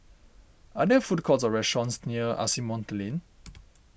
are there food courts or restaurants near Asimont Lane